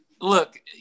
Look